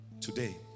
Today